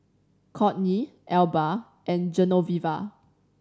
Kourtney Elba and Genoveva